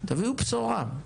תביאו בשורה.